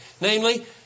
Namely